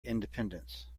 independence